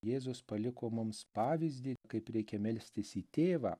jėzus paliko mums pavyzdį kaip reikia melstis į tėvą